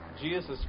Jesus